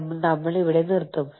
നമ്മൾ ഇപ്പോൾ ഇവിടെ നിർത്തുന്നു